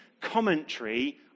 commentary